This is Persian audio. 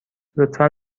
لطفا